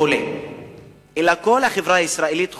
חולה אלא כל החברה הישראלית חולה,